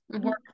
work